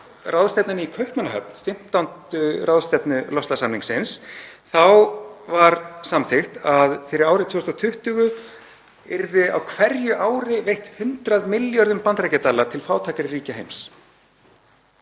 ráðstefnunni í Kaupmannahöfn, 15. ráðstefnu loftslagssamningsins, var samþykkt að fyrir árið 2020 yrði á hverju ári veitt 100 milljörðum bandaríkjadala til fátækari ríkja heims.